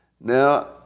Now